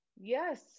Yes